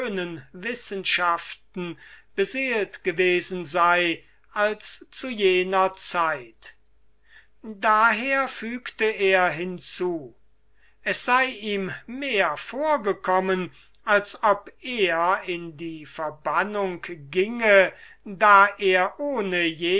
wissenschaften beseelt gewesen sei als zu jener zeit daher fügte er hinzu es sei ihm mehr vorgekommen als ob er in die verbannung ginge da er ohne